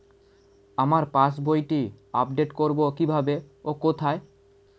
আমার পাস বইটি আপ্ডেট কোরবো কীভাবে ও কোথায়?